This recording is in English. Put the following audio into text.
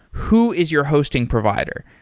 who is your hosting provider?